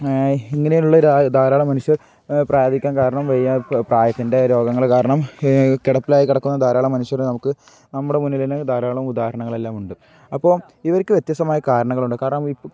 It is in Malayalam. ഇങ്ങനെയുള്ള ധാരാളം മനുഷ്യർ പ്രായാധിക്ക്യം കാരണം വയ്യാത്ത പ്രായത്തിൻ്റെ രോഗങ്ങൾ കാരണം കിടപ്പിലായി കിടക്കുന്ന ധാരാളം മനുഷ്യർ നമുക്ക് നമ്മുടെ മുന്നിലന് ധാരാളം ഉദാഹണങ്ങളെല്ലാമുണ്ട് അപ്പോൾ ഇവർക്ക് വ്യത്യസ്തമായ കാരണങ്ങളുണ്ട് കാരണം ഇ